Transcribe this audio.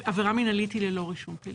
עבירה מנהלית היא ללא רישום פלילי.